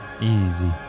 Easy